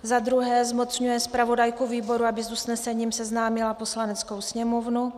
2. zmocňuje zpravodajku výboru, aby s usnesením seznámila Poslaneckou sněmovnu;